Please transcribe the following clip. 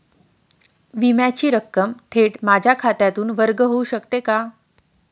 विम्याची रक्कम थेट माझ्या खात्यातून वर्ग होऊ शकते का?